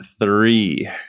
three